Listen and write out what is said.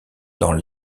dans